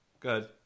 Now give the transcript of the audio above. Good